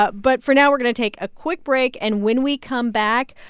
but but for now, we're going to take a quick break. and when we come back,